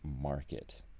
market